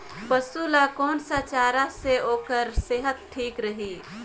पशु ला कोन स चारा से ओकर सेहत ठीक रही?